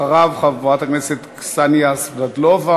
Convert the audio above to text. אחריו, חברת הכנסת קסניה סבטלובה.